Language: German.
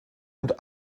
und